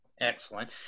Excellent